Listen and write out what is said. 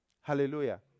Hallelujah